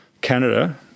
Canada